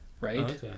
right